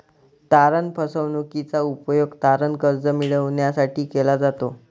तारण फसवणूकीचा उपयोग तारण कर्ज मिळविण्यासाठी केला जातो